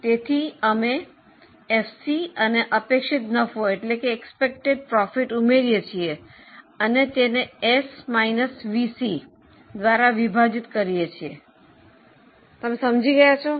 તેથી અમે એફસી અને અપેક્ષિત નફો ઉમેરીએ છીએ અને તેને એસ માઈનસ વીસી દ્વારા વિભાજિત કરીએ છીએ તમે સમજી ગયા છો